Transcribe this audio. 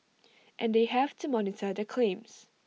and they have to monitor the claims